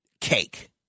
cake